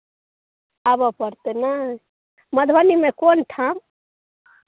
आबय पड़तै नहि मधुबनीमे कोनठाम